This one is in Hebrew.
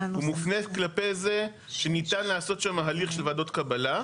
הוא מופנה כלפי זה שניתן לעשות שם הליך של ועדות קבלה.